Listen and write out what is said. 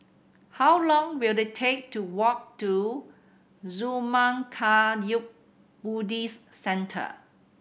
how long will it take to walk to Zurmang Kagyud Buddhist Centre